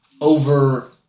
over